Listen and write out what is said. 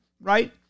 right